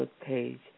page